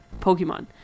pokemon